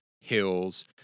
hills